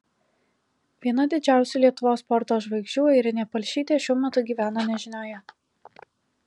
viena didžiausių lietuvos sporto žvaigždžių airinė palšytė šiuo metu gyvena nežinioje